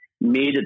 made